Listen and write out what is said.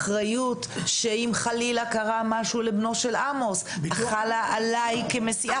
האחריות שאם חלילה קרה משהו לבנו של עמוס חלה עליי כמסיעה?